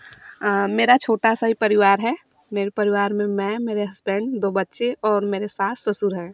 मेरा छोटा सा ही परिवार है मेरे परिवार में मैं मेरे हस्बैंड दो बच्चे और मेरे सास ससुर हैं